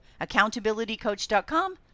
accountabilitycoach.com